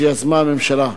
שיזמה הממשלה.